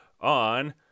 on